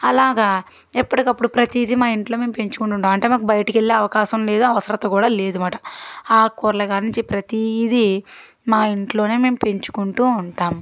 అలాగా ఎప్పటికప్పుడు ప్రతీదీ మా ఇంట్లో మేము పెంచుకుంటూ ఉంటాము అంటే మాకు బయటకి వెళ్ళే అవకాశం లేదు అవసరత కూడా లేదన్నమాట ఆకురాలు కాన్నుంచి ప్రతీదీ మా ఇంట్లోనే మేము పెంచుకుంటూ ఉంటాము